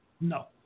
no